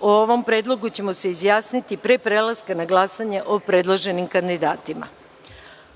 O ovom predlogu ćemo se izjasniti pre prelaska na glasanje o predloženim kandidatima. Obaveštavam